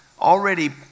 already